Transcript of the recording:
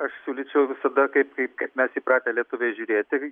aš siūlyčiau visada kaip kaip kaip mes įpratę lietuviai žiūrėti